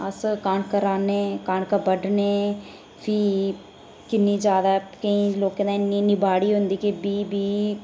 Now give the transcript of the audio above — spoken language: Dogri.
अस कनक राह्न्ने कनक बड्ढने फ्ही किन्नी ज्यादा केईं लोकें दी इन्नी ज्यादा बाड़ी हुंदी कि बीह् बीह्